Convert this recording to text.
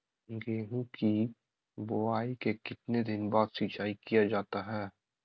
गेंहू की बोआई के कितने दिन बाद सिंचाई किया जाता है?